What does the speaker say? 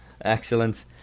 Excellent